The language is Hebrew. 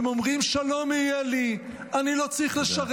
הם אומרים: שלום יהיה לי, אני לא צריך לשרת.